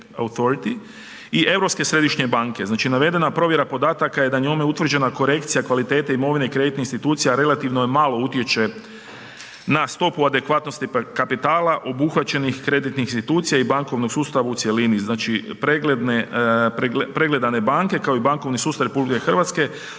Europske središnje banke. Znači, navedena provjera podataka je da je njome utvrđena korekcija kvalitete imovine i kreditnih institucija relativno malo utječe na stopu adekvatnosti kapitala obuhvaćenih kreditnih institucija i bankovnog sustava u cjelini. Znači, pregledane banke, kao i bankovni sustav RH promatram